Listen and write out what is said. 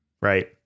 right